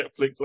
Netflix